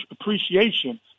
appreciation